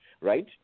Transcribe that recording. right